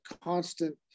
constant